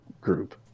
group